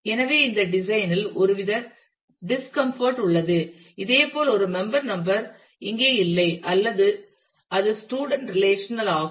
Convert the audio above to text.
எனவே இந்த டிசைன் இல் ஒருவித டிஸ்கம்பாட் உள்ளது இதேபோல் ஒரு மெம்பர் நம்பர் இங்கே இல்லை அது ஸ்டூடண்ட் ரெலேஷன் ஆகும்